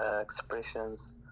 Expressions